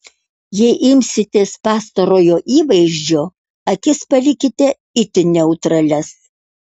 jei imsitės pastarojo įvaizdžio akis palikite itin neutralias